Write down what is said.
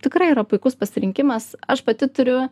tikrai yra puikus pasirinkimas aš pati turiu